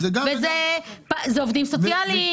ואלה עובדים סוציאליים.